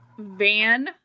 van